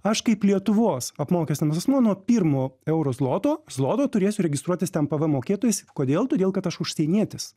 aš kaip lietuvos apmokestinamas asmuo nuo pirmo euro zloto zloto turėsiu registruotis ten pvm mokėtojais kodėl todėl kad aš užsienietis